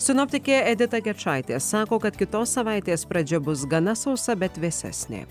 sinoptikė edita gečaitė sako kad kitos savaitės pradžia bus gana sausa bet vėsesnė